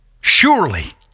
Surely